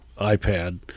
ipad